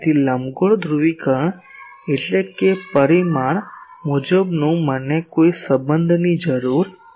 તેથી લંબગોળ ધ્રુવીકરણ એટલે કે પરિમાણ મુજબનું મને કોઈ સંબંધની જરૂર નથી